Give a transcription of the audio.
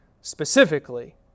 specifically